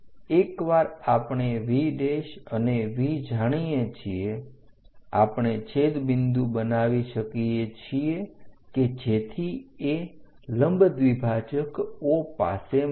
એક વાર આપણે V અને V જાણીએ છીએ આપણે છેદ બિંદુ બનાવી શકીએ છીએ કે જેથી એ લંબ દ્વિભાજક O પાસે મળે